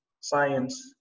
science